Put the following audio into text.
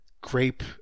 grape